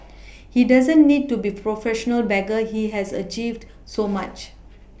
he doesn't need to be a professional beggar he has achieved so much